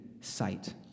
sight